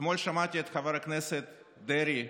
אתמול שמעתי את חבר הכנסת דרעי